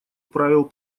правил